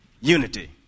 unity